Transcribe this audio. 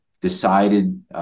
decided